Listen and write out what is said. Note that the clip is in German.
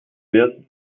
wird